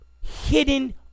hidden